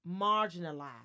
marginalized